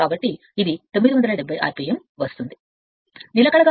కాబట్టి ఇది 970 rpm వస్తోంది సరైనది